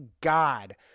God